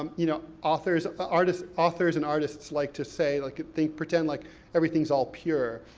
um you know, authors, artists, authors and artists like to say, like, they pretend like everything's all pure,